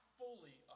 fully